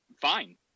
Fine